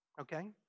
okay